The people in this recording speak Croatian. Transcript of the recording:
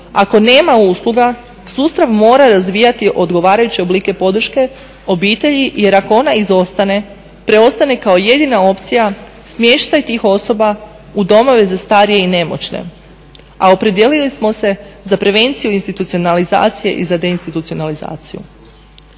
ako nema usluga sustav mora razvijati odgovarajuće oblike podrške obitelji jer ako ona izostane preostaje kao jedina opcija smještaj tih osoba u domove za starije i nemoćne. A opredijelili smo se za prevenciju institucionalizacije i za deinstitucionalizaciju.